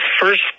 first